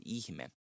ihme